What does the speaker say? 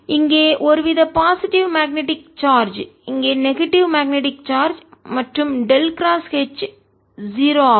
இங்கே ஒரு வித பாசிட்டிவ் நேர்மறை மேக்னெட்டிக் சார்ஜ் இங்கே நெகட்டிவ் எதிர்மறை மேக்னெட்டிக் சார்ஜ் மற்றும் டெல் கிராஸ் H க்கு 0 ஆகும்